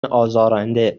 آزارنده